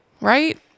right